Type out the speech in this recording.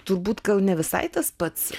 turbūt gal ne visai tas pats